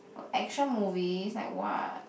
action movies like what